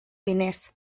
diners